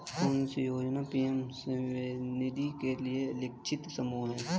कौन सी योजना पी.एम स्वानिधि के लिए लक्षित समूह है?